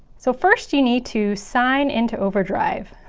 so first you need to sign into overdrive.